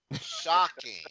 shocking